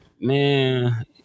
Man